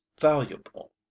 valuable